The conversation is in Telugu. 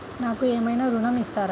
నాకు ఏమైనా ఋణం ఇస్తారా?